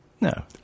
No